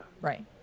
right